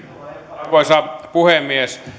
arvoisa puhemies